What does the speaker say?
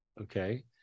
Okay